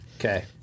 Okay